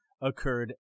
occurred